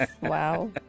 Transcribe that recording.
Wow